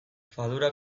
fadura